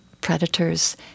predators